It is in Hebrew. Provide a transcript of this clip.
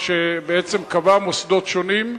שבעצם קבע מוסדות שונים,